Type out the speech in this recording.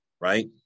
right